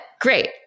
Great